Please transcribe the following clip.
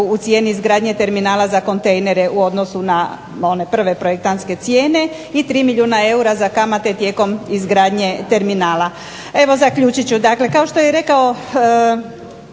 u cijeni izgradnje terminala za kontejnere u odnosu na one prve projektantske cijene i 3 milijuna eura za kamate tijekom izgradnje terminala. Evo zaključit ću, dakle kao što je rekao